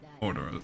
Order